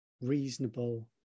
reasonable